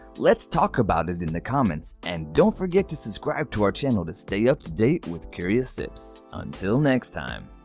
let's talk about it in the comments and don't forget to subscribe to our channel to stay up to date with curiosips! until next time!